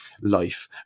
life